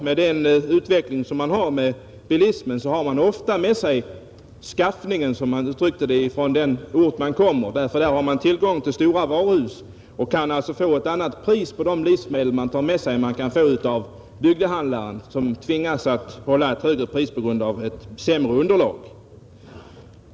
Med den utveckling bilismen genomgått har man ofta med sig ”skaffningen”, som någon uttryckte det, från den ort man kommer, där har man tillgång till stora varuhus och kan alltså få ett annat pris på de livsmedel man köper än man kan få av bygdehandlaren som tvingas hålla ett högre pris på grund av ett sämre kundunderlag.